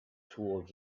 towards